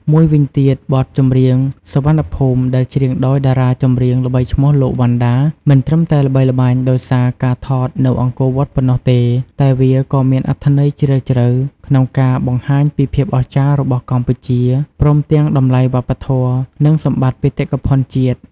មួយវិញទៀតបទចម្រៀង "សុវណ្ណភូមិ " ដែលច្រៀងដោយតារាចម្រៀងល្បីឈ្មោះលោក វណ្ណដា មិនត្រឹមតែល្បីល្បាញដោយសារការថតនៅអង្គរវត្តប៉ុណ្ណោះទេ តែវាក៏មានអត្ថន័យជ្រាលជ្រៅក្នុងការបង្ហាញពីភាពអស្ចារ្យរបស់កម្ពុជា ព្រមទាំងតម្លៃវប្បធម៌ និងសម្បត្តិបេតិកភណ្ឌជាតិ។